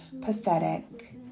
pathetic